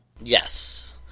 Yes